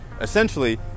essentially